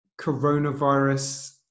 coronavirus